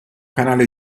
canale